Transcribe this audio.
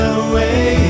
away